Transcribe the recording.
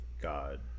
god